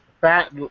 fat